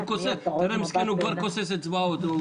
הוא כבר כוסס אצבעות,